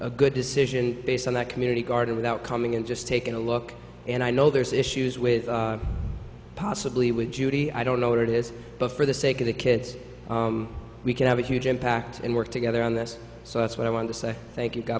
a good decision based on that community garden without coming in just taking a look and i know there's issues with possibly with judy i don't know what it is but for the sake of the kids we can have a huge impact and work together on this so that's what i want to say thank